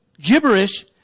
Gibberish